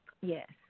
yes